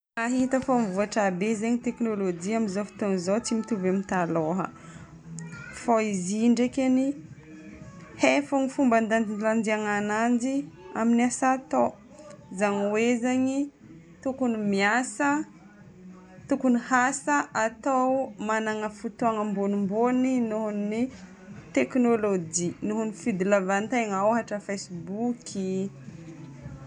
Ahita fa nivoatra be zegny teknôlôjia amin'izao fotoana izao tsy mitovy amin'ny taloha. Fô izy ndraikiny, hay fô ny fomba andanjalanjana ananjy amin'ny asa atao. Zany hoe zegny, tokony miasa- tokony asa atao magnana fotoana ambonimbony noho ny teknôlôjia, noho ny fidolavan-tegna, ôhatra facebook.